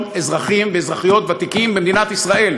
אזרחים ואזרחיות ותיקים במדינת ישראל,